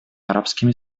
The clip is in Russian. арабскими